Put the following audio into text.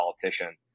politician